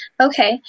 okay